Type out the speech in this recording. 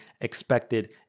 expected